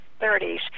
30s